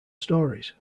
stories